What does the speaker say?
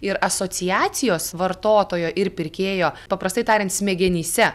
ir asociacijos vartotojo ir pirkėjo paprastai tariant smegenyse